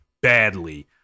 badly